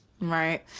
Right